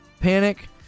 Panic